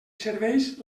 serveis